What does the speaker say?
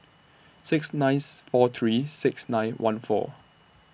six ninth four three six nine one four